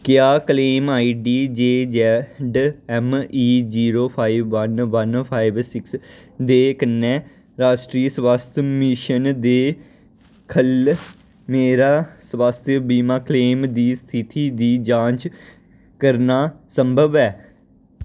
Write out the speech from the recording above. क्या claim I D J Z M E zero five one one five six दे कन्नै राश्ट्री स्वास्थ मिशन दे ख'ल्ल मेरा स्वास्थ बीमा क्लेम दी स्थिति दी जांच करना संभव ऐ